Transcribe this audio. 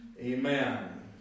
Amen